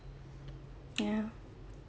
ya